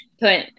put